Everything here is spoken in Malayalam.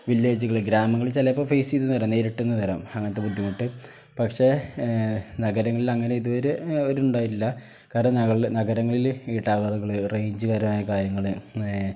വില്ലേജുകൾ ഗ്രാമങ്ങളിൽ ചിലപ്പോൾ ഫേസ് ചെയ്തു എന്ന് വരാം നേരിട്ടെന്ന് വരാം അങ്ങനത്തെ ബുദ്ധിമുട്ട് പക്ഷേ നഗരങ്ങളിൽ അങ്ങനെ ഇതുവരെ അവർക്ക് ഉണ്ടാകില്ല കാരണം നഗരങ്ങളിൽ ഈ ടവറുകൾ റേഞ്ച് പരമായ കാര്യങ്ങൾ ഏ